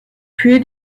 für